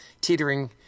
teetering